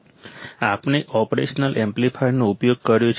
આપણે ઓપરેશનલ એમ્પ્લીફાયરનો ઉપયોગ કર્યો છે